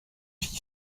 fille